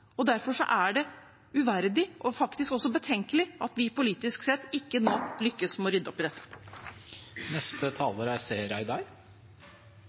og derfor er det er uverdig – faktisk også betenkelig – at vi politisk sett ikke nå lykkes med å rydde opp i dette. Jeg må gjenta: Helsehjelp er